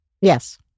Yes